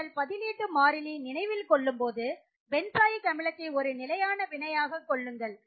நீங்கள் பதிலீட்டு மாறிலியை நினைவில் கொள்ளும்போது பென்சாயிக் அமிலத்தை ஒரு நிலையான வினையாக கொள்ளுங்கள்